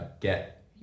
get